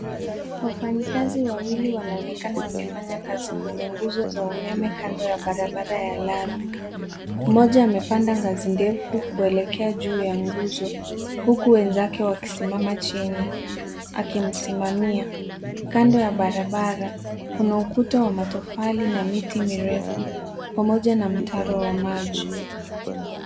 Wafanyakazi wawili wanaonekana wakifanya kazi kwenye nguzo za umeme kando ya barabara ya lami. Mmoja amepanda ngazi ndefu kuelekea juu ya nguzo huku wenzake wakisimama chini akimsimamia. Kando ya barabara kuna ukuta wa matofali na miti mirefu pamoja na mtaro wa maji.